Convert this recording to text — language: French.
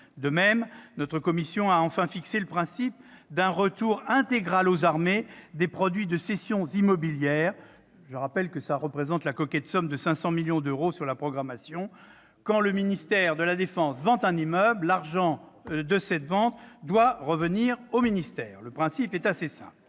De même, notre commission a enfin fixé le principe d'un retour intégral aux armées des produits de cessions immobilières, soit la coquette somme de 500 millions d'euros sur la programmation. Quand le ministère de la défense vend un immeuble, l'argent de cette vente doit lui revenir. Le principe est assez simple.